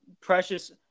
Precious